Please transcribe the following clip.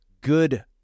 good